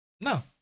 No